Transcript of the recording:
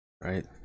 Right